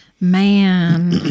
Man